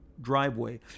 driveway